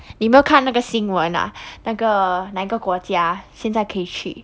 你有没有看那个新闻啊那个哪一个国家现在可以去